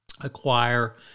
acquire